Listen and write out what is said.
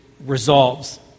resolves